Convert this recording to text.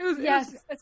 Yes